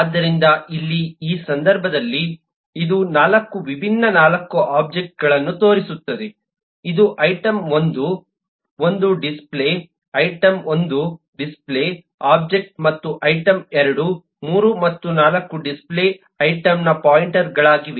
ಆದ್ದರಿಂದ ಇಲ್ಲಿ ಈ ಸಂದರ್ಭದಲ್ಲಿ ಇದು 4 ವಿಭಿನ್ನ 4 ಒಬ್ಜೆಕ್ಟ್ಗಳನ್ನು ತೋರಿಸುತ್ತದೆ ಇದು item 1 1 display item 1 display object ಮತ್ತು ಐಟಂ 2 3 ಮತ್ತು 4 ಡಿಸ್ಪ್ಲೇ ಐಟಂನ ಪಾಯಿಂಟರ್ಗಳಾಗಿವೆ